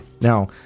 Now